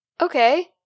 Okay